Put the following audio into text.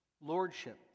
lordship